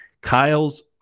Kyle's